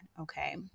okay